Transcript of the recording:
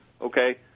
Okay